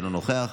אינו נוכח,